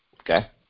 Okay